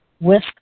Whisk